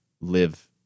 live